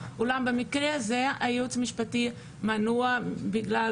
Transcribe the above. אולם במקרה הזה הייעוץ המשפטי מנוע בגלל